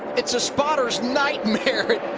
it's a so potter's nightmare.